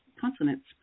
consonants